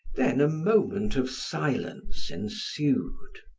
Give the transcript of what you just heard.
then a moment of silence ensued.